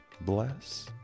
bless